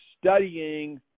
studying